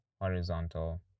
horizontal